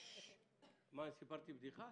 מה, סיפרתי בדיחה?